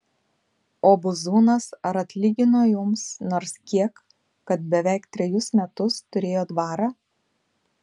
o buzūnas ar atlygino jums nors kiek kad beveik trejus metus turėjo dvarą